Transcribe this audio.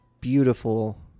beautiful